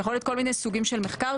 זה יכול להיות כל מיני סוגים של מחקר,